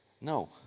no